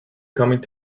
coming